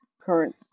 current